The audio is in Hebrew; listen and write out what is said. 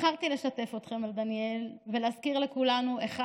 בחרתי לשתף אתכם על דניאל, ולהזכיר לכולנו, א.